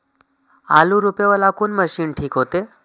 आलू रोपे वाला कोन मशीन ठीक होते?